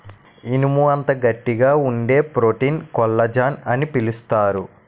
ఇనుము అంత గట్టిగా వుండే ప్రోటీన్ కొల్లజాన్ అని పిలుస్తారు